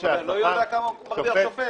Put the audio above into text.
אתה לא יודע כמה מרוויח שופט?